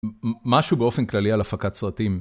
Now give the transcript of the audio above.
משהו באופן כללי על הפקת סרטים.